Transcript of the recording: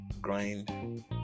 grind